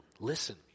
Listen